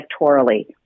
electorally